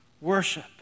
Worship